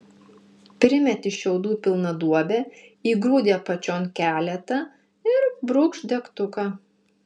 primeti šiaudų pilną duobę įgrūdi apačion keletą ir brūkšt degtuką